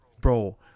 Bro